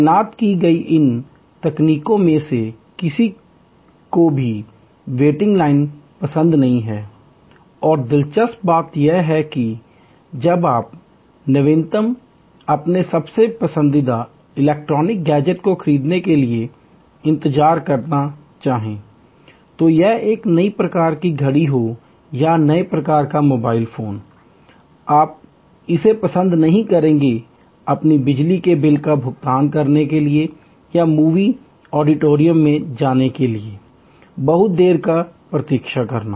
तैनात की गई इन तकनीकों में से किसी को भी प्रतीक्षारत पंक्ति वेटिंग लाइन पसंद नहीं है और दिलचस्प बात यह है कि जब आप नवीनतम अपने सबसे पसंदीदा इलेक्ट्रॉनिक गैजेट को खरीदने के लिए इंतजार करना चाहें तो यह एक नई प्रकार की घड़ी हो या नए प्रकार का मोबाइल फोन आप इसे पसंद नहीं करेंगे कि अपने बिजली के बिल का भुगतान करने के लिए या मूवी ऑडिटोरियम में आने के लिए बहुत देर तक प्रतीक्षा करें